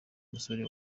musore